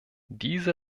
diese